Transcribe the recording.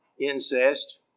incest